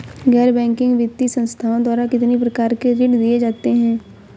गैर बैंकिंग वित्तीय संस्थाओं द्वारा कितनी प्रकार के ऋण दिए जाते हैं?